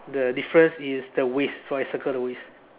the difference is the waste so I circle the waste